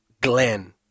Glenn